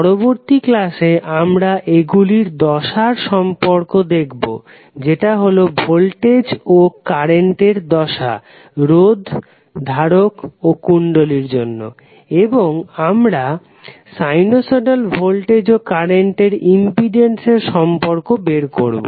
পরবর্তী ক্লাসে আমরা এগুলির দশার সম্পর্ক দেখবো যেটা হলো ভোল্টেজ ও কারেন্টের দশা রোধ ধারক ও কুণ্ডলীর জন্য এবং তারপর আমরা সাইনোসইডাল ভোল্টেজ ও কারেন্টের ইম্পিডেন্স এর সম্পর্ক বের করবো